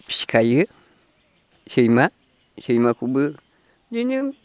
फिखायो सैमा सैमाखौबो बेनो